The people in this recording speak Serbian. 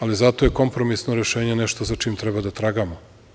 Ali zato je kompromisno rešenje nešto za čim treba da tragamo.